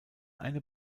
eine